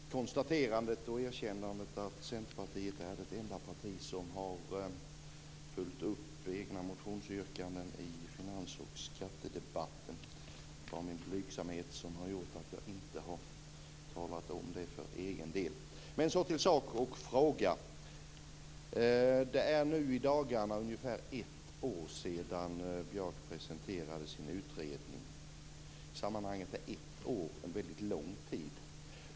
Herr talman! Jag skulle gärna vilja göra erkännandet att Centerpartiet är det enda parti som har följt upp egna motionsyrkanden i finans och skattedebatten. Det var min blygsamhet som gjorde att jag inte talade om det för egen del. Till sak och fråga. Det är nu i dagarna ungefär ett år sedan Björk presenterade sin utredning. I detta sammanhang är ett år en mycket lång tid.